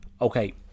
Okay